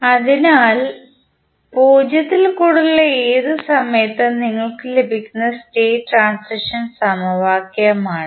അതിനാൽ 0 ൽ കൂടുതലുള്ള ഏത് സമയത്തും നിങ്ങൾക്ക് ലഭിക്കുന്ന സ്റ്റേറ്റ് ട്രാൻസിഷൻ സമവാക്യമാണിത്